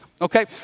Okay